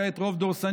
כעת רוב דורסני,